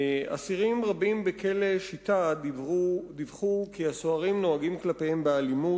אסירים רבים בכלא "שיטה" דיווחו כי הסוהרים נוהגים כלפיהם באלימות,